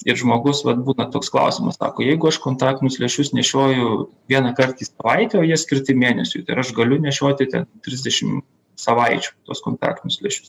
ir žmogus vat būna toks klausimas sako jeigu aš kontaktinius lęšius nešioju vienąkart į savaitę o jie skirti mėnesiui tai ar aš galiu nešioti ten trisdešim savaičių tuos kontaktinius lęšius